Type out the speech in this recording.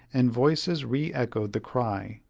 and voices re-echoed the cry,